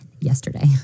yesterday